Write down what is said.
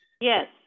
Yes